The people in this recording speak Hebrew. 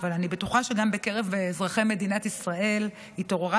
אבל אני בטוחה שגם בקרב אזרחי מדינת ישראל התעוררה